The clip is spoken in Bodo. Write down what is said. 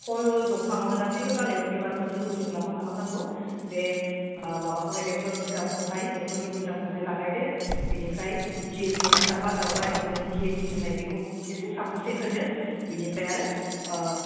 हल दंफाङावनो गासैबो दालाइआवनो बिबार मोननो लुबैदोंब्ला मा खालामनांगौ बे माबाखौहाय बेसर बिगाबखौहाय बेसरनि गुन्द्राखौहाय लागायदो बेनिफ्राय डि ए पि हासार बाजाराव बायनानै मोनो डि ए पि होननाय बेखौ एसे सामससे होदो बेनिफ्राय आरो